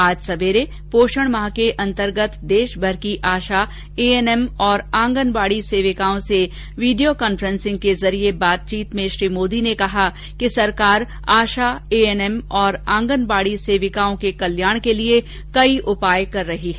आज सवेरे पोषण माह के अंतर्गत देशभर की आशा ए एन एम और आंगनबाड़ी सेविकाओं से वीडियो कांफ्रेंसिंग के जरिये बातचीत में श्री मोदी ने कहा कि सरकार आशा ए एन एम और आंगनबाड़ी सेविकाओं के कल्याण के लिए कई उपाय कर रही है